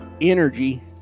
energy